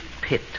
pit